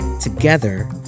Together